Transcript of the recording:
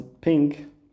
pink